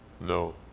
No